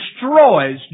destroys